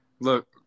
look